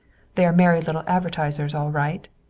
they are merry little advertisers, all right.